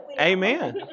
amen